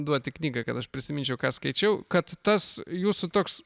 duoti knygą kad aš prisiminčiau ką skaičiau kad tas jūsų toks